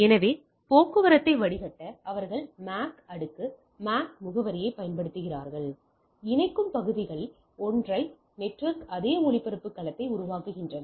எனவே போக்குவரத்தை வடிகட்ட அவர்கள் MAC அடுக்கு MAC முகவரியைப் பயன்படுத்துகிறார்கள் இணைக்கும் பகுதிகள் ஒற்றை நெட்வொர்க் அதே ஒளிபரப்பு களத்தை உருவாக்குகின்றன